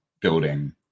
building